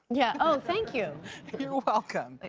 yeah, oh, thank you. you're welcome.